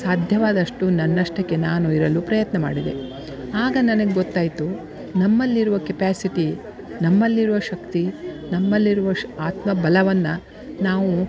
ಸಾಧ್ಯವಾದಷ್ಟು ನನ್ನಷ್ಟಕ್ಕೆ ನಾನು ಇರಲು ಪ್ರಯತ್ನ ಮಾಡಿದೆ ಆಗ ನನಗೆ ಗೊತ್ತಾಯಿತು ನಮ್ಮಲ್ಲಿರುವ ಕೆಪ್ಯಾಸಿಟಿ ನಮ್ಮಲ್ಲಿರುವ ಶಕ್ತಿ ನಮ್ಮಲ್ಲಿರುವ ಶ ಆತ್ಮಬಲವನ್ನು ನಾವು